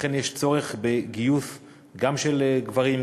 לכן יש צורך בגיוס גם של גברים,